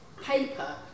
paper